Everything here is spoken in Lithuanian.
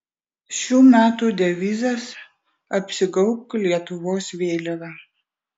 šių metų devizas apsigaubk lietuvos vėliava